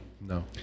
No